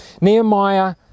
Nehemiah